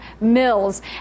Mills